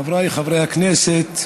חבריי חברי הכנסת,